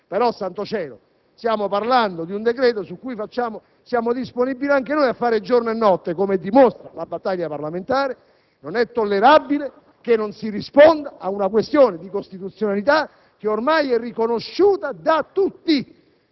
italiana. Stiamo parlando di un decreto per il quale siamo disponibili anche noi a lavorare giorno e notte, come dimostra la battaglia parlamentare. Non è tollerabile che non si risponda a una questione di costituzionalità che è ormai riconosciuta da tutti.